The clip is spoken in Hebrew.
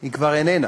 כבר איננה,